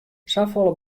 safolle